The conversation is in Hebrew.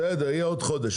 בסדר, יהיה עוד חודש.